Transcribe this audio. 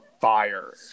fire